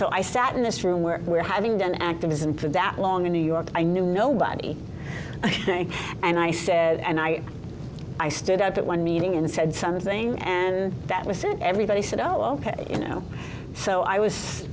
so i sat in this room where we're having done activism for that long in new york i knew nobody and i said and i i stood up at one meeting and said something and that was sent everybody said oh ok you know so i was